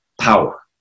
power